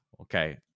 Okay